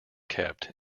kept